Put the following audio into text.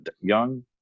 young